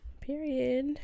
Period